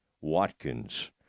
Watkins